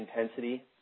intensity